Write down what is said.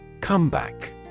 Comeback